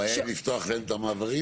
לפתוח להם את המעברים?